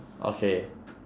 okay